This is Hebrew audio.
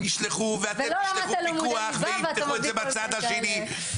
ישלחו, ואתם תשלחו פיקוח, ויפתחו את זה בצד השני.